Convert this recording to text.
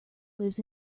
lives